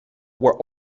were